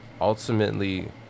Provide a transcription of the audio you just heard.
ultimately